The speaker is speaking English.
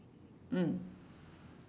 mm